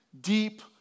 deep